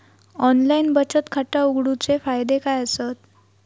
Online बचत खाता उघडूचे फायदे काय आसत?